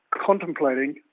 contemplating